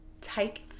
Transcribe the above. take